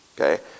Okay